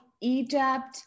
Egypt